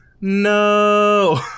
No